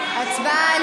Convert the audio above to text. להצבעה